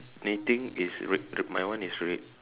main thing is red my one is red